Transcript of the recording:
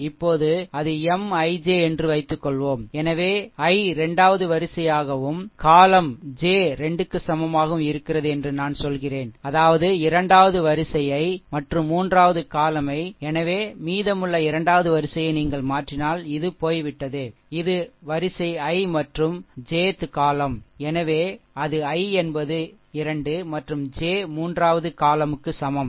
இப்போது அது MI j என்று வைத்துக்கொள்வோம் சரி எனவே i 2 வது வரிசையாகவும் column யைகாலம் j 2 க்கு சமமாகவும் இருக்கிறது என்று நான் சொல்கிறேன் அதாவது இரண்டாவது வரிசை மற்றும் மூன்றாவது column எனவே மீதமுள்ள இரண்டாவது வரிசையை நீங்கள் மாற்றினால் இது போய்விட்டது இது வரிசை i மற்றும் jth column எனவே அது i என்பது 2 மற்றும் j மூன்றாவது column க்கு சமம்